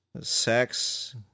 Sex